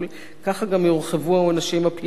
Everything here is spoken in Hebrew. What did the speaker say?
כך גם יורחבו העונשים הפליליים,